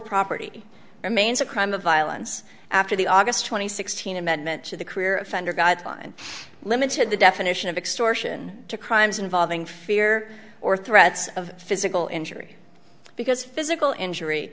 property remains a crime of violence after the aug twenty sixth amendment to the career offender guideline limited the definition of extortion to crimes involving fear or threats of physical injury because physical injury